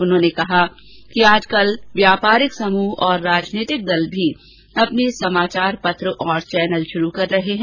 उन्होंने कहा कि आजकल व्यापारिक समूह और राजनीतिक दल भी अपने समाचार पत्र और चैनल शुरू कर रहे हैं